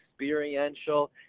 experiential